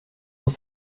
dans